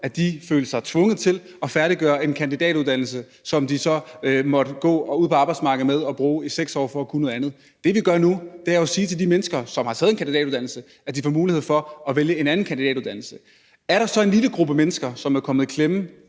at de følte sig tvunget til at færdiggøre en kandidatuddannelse, som de så måtte gå ud på arbejdsmarkedet med og bruge i 6 år for at kunne noget andet. Det, vi gør nu, er at sige til de mennesker, som har taget en kandidatuddannelse, at de får mulighed for at vælge en anden kandidatuddannelse. Den lille gruppe mennesker, som er kommet i klemme,